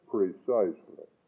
Precisely